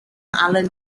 allen